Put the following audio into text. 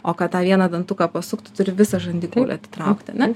o kad tą vieną dantuką pasuktų turi visą žandikaulį atitraukti ar ne